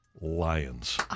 Lions